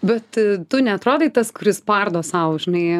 bet tu neatrodai tas kuris spardo sau žinai